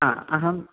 हा अहं